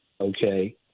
okay